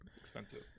expensive